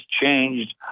changed